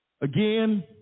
Again